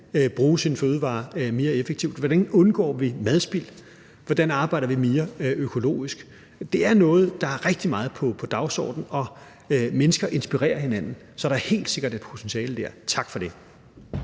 bruge sine fødevarer mere effektivt, hvordan vi undgår madspild, og hvordan vi arbejder mere økologisk. Det er noget, der er rigtig meget på dagsordenen, og mennesker inspirerer hinanden, så der er helt sikkert et potentiale der. Tak for det.